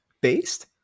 Based